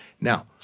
Now